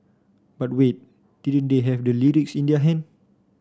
but wait didn't they have the lyrics in their hand